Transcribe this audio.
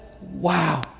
Wow